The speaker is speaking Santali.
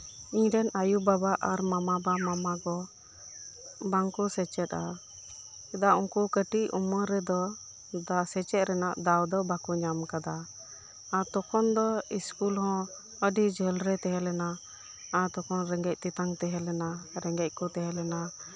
ᱤᱧᱨᱮᱱ ᱟᱭᱩ ᱵᱟᱵᱟ ᱟᱨ ᱢᱟᱢᱟ ᱵᱟ ᱢᱟᱢᱟ ᱜᱚ ᱵᱟᱝᱠᱚ ᱥᱮᱪᱮᱫᱼᱟ ᱪᱮᱫᱟᱜ ᱩᱱᱠᱩ ᱠᱟᱹᱴᱤᱡ ᱩᱢᱮᱨ ᱨᱮᱫᱚ ᱥᱮᱪᱮᱫ ᱨᱮᱭᱟᱜ ᱫᱟᱣ ᱫᱚ ᱵᱟᱠᱚ ᱧᱟᱢ ᱟᱠᱟᱫᱟ ᱟᱨ ᱛᱚᱠᱷᱚᱱ ᱫᱚ ᱥᱠᱩᱞ ᱦᱚᱸ ᱟᱹᱰᱤ ᱡᱷᱟᱹᱞ ᱨᱮ ᱛᱟᱦᱮᱸ ᱞᱮᱱᱟ ᱟᱨ ᱛᱚᱠᱷᱚᱱ ᱨᱮᱸᱜᱮᱡ ᱛᱮᱛᱟᱝ ᱛᱮᱦᱮᱸ ᱞᱮᱱᱟ ᱨᱮᱸᱜᱮᱡ ᱠᱚ ᱛᱮᱦᱮᱸ ᱞᱮᱱᱟ